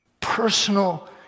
personal